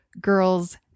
Girls